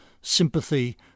sympathy